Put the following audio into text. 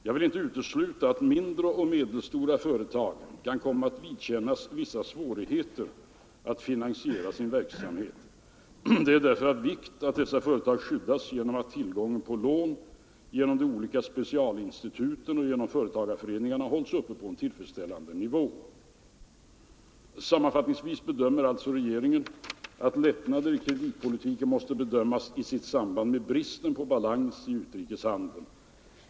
Jag vill inte utesluta att mindre och medelstora företag kan komma att vidkännas vissa svårigheter att finansiera verksamheten. Det är därför av vikt att dessa företag skyddas genom att tillgången på lån genom de olika specialinstituten och genom företagarföreningarna hålls uppe på en tillfredsställande nivå. Sammanfattningsvis bedömer alltså regeringen att lättnader i kreditpolitiken måste bedömas i sitt samband med bristen på balans i utrikeshandeln.